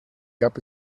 gab